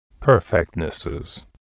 Perfectnesses